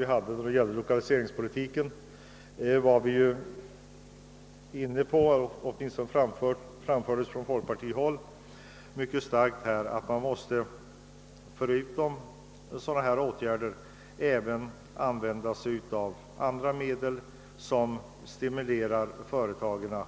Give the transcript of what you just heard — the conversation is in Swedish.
I debatten om lokaliseringspolitiken var vi också inne på tanken — åtminstone framfördes den mycket starkt från folkpartihåll — att man måste förutom dessa åtgärder även tillgripa andra medel för att stimulera företagen